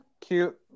cute